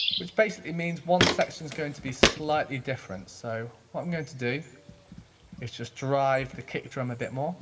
which basically means one section's going to be slightly different. so what i'm going to do is just drive the kick drum a bit more